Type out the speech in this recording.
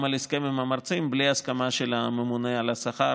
על הסכם עם המרצים בלי הסכמה של הממונה על השכר,